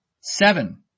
Seven